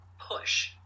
push